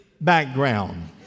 background